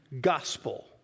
gospel